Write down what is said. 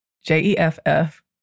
J-E-F-F